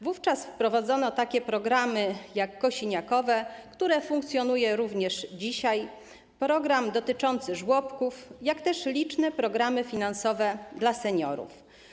Wówczas wprowadzono takie programy jak kosiniakowe, które funkcjonuje również dzisiaj, program dotyczący żłobków, jak też liczne programy finansowe dla seniorów.